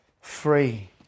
free